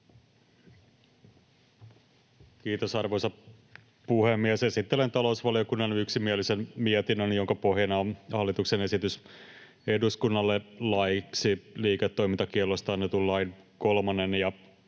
Kiitos, arvoisa puhemies! Esittelen talousvaliokunnan yksimielisen mietinnön, jonka pohjana on hallituksen esitys eduskunnalle laeiksi liiketoimintakiellosta annetun lain 3 §:n